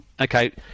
okay